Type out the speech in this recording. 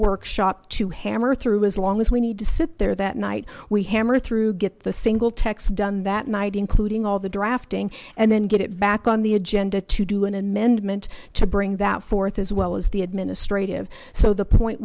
workshop to hammer through as long as we need to sit there that night we hammer through get the single text done that night including all the drafting and then get it back on the agenda to do an amendment to bring that forth as well as the administrative so the point